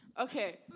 Okay